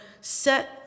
set